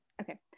Okay